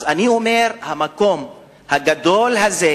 אז אני אומר: המקום הגדול הזה,